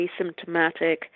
asymptomatic